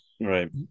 Right